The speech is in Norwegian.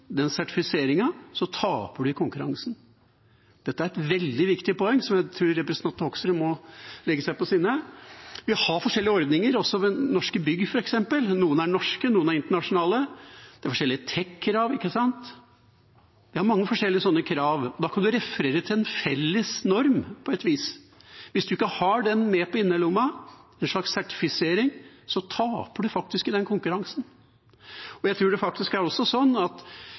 den sertifiseringen, taper man i konkurransen. Dette er et veldig viktig poeng, som jeg tror representanten Hoksrud må legge seg på sinne. Vi har forskjellige ordninger, også ved norske bygg, f.eks. Noen er norske, noen er internasjonale. Vi har forskjellige TEK-krav, vi har mange forskjellige slike krav. Da kan man referere til en felles norm på et vis. Hvis man ikke har den med på innerlomma – en slags sertifisering – taper man faktisk i den konkurransen. EU er ganske framoverlent på dette, med den nye europeiske grønne given sin, så jeg tror